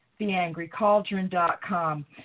theangrycauldron.com